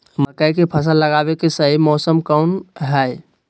मकई के फसल लगावे के सही मौसम कौन हाय?